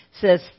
says